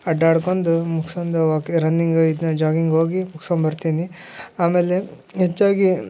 ಅಡ್ಡಾಡ್ಕೊಂಡು ಮುಗ್ಸ್ಕೊಂಡು ರನ್ನಿಂಗ್ ಇದನ್ನ ಜಾಗಿಂಗ್ ಹೋಗಿ ಮುಗ್ಸ್ಕೊಂಡು ಬರ್ತೀನಿ ಆಮೇಲೆ ಹೆಚ್ಚಾಗಿ